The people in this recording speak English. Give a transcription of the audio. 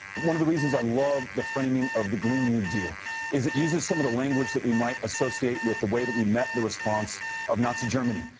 one of the reasons i love the framing of the green new deal is it uses some of the language that we might associate with the way that we met the response of nazi germany.